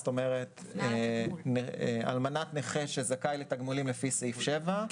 למשל אלמנת נכה שזכאי לתגמולים לפי סעיף 7,